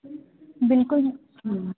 ਬਿਲਕੁਲ ਹਾਂ